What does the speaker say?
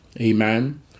Amen